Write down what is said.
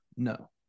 No